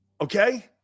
Okay